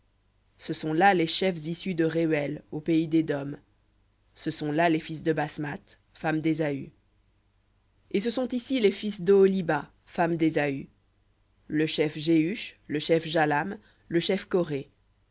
ce sont là les chefs de rehuel au pays d'édom ce sont là les fils de basmath femme désaü et ce sont ici les fils d'oholibama femme d'ésaü le chef jehush le chef jahlam le chef coré